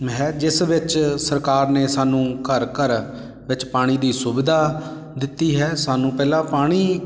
ਮਹਿਜ਼ ਜਿਸ ਵਿੱਚ ਸਰਕਾਰ ਨੇ ਸਾਨੂੰ ਘਰ ਘਰ ਵਿੱਚ ਪਾਣੀ ਦੀ ਸੁਵਿਧਾ ਦਿੱਤੀ ਹੈ ਸਾਨੂੰ ਪਹਿਲਾਂ ਪਾਣੀ